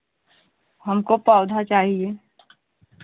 हमको पौधा चाहिए